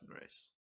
race